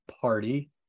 party